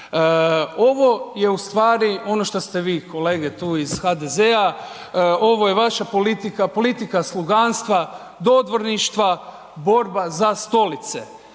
ovo je ustvari ono što ste vi tu kolege iz HDZ-a, ovo je vaša politika, politika sluganstva, dodvorništva, borba za stolice.